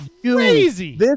crazy